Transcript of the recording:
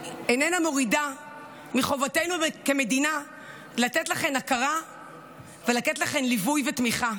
איננה מורידה מחובתנו כמדינה לתת לכן הכרה ולתת לכן ליווי ותמיכה.